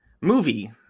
Movie